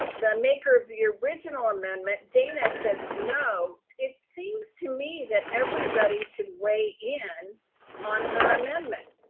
the maker of the original amendment, dana says no, it seems to me that everybody should weigh in on her amendment.